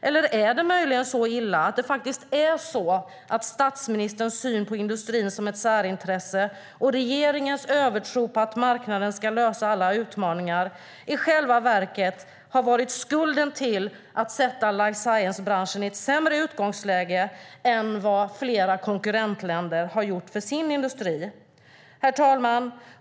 Eller är det möjligen så illa att statsministerns syn på industrin som ett särintresse och regeringens övertro på att marknaden ska lösa alla utmaningar i själva verket har varit skulden till att life science-branschen satts i ett sämre utgångsläge än vad flera konkurrentländer har gjort för sin industri? Herr talman!